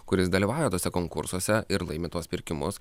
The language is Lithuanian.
kuris dalyvauja tuose konkursuose ir laimi tuos pirkimus